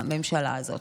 בממשלה הזאת.